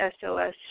SOS